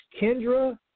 Kendra